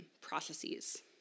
processes